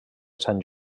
sant